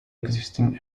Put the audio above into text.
existing